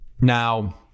Now